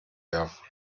werfen